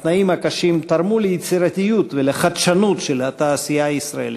התנאים הקשים תרמו ליצירתיות ולחדשנות של התעשייה הישראלית.